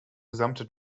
gesamte